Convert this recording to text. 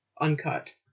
uncut